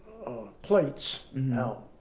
plates out.